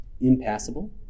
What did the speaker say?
impassable